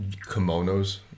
kimonos